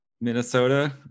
Minnesota